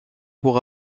pour